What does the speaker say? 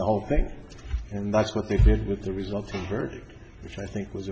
the whole thing and that's what they did with the results for which i think was